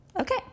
Okay